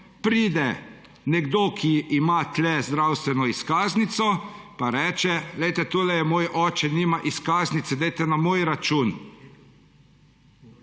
pride nekdo, ki ima tu zdravstveno izkaznico, pa reče: »Glejte, tole je moj oče, nima izkaznice, dajte na moj račun.«